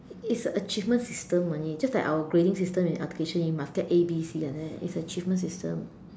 it's a achievement system only just like our grading system in education you must get A B C like that it's achievement system